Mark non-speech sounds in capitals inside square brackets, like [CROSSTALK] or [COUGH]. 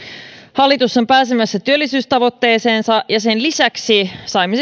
hallitus on pääsemässä työllisyystavoitteeseensa sen lisäksi saimme [UNINTELLIGIBLE]